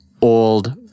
old